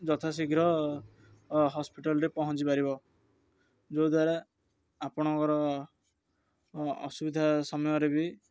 ଯଥା ଶୀଘ୍ର ହସ୍ପିଟାଲ୍ରେ ପହଞ୍ଚି ପାରିବ ଯେଉଁ ଦ୍ୱାରା ଆପଣଙ୍କର ଅସୁବିଧା ସମୟରେ ବି